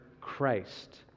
Christ